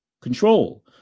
Control